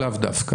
או לאו דווקא,